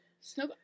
Snow